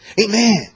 Amen